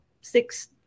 six